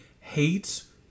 hates